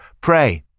pray